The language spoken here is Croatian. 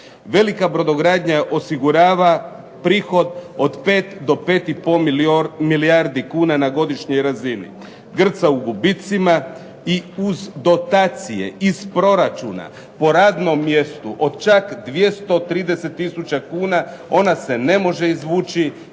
Velika brodogradnja osigurava prihod od 5 do 5 i pol milijardi kuna na godišnjoj razini, grca u gubitcima i uz dotacije iz proračuna po radnom mjestu od čak 230000 kuna ona se ne može izvući